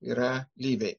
yra lyviai